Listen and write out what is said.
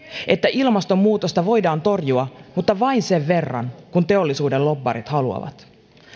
että ilmastonmuutosta voidaan torjua mutta vain sen verran kuin teollisuuden lobbarit haluavat